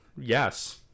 yes